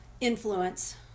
influence